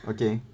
Okay